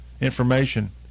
information